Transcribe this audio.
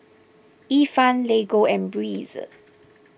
Ifan Lego and Breeze